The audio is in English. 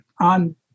on